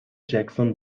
jackson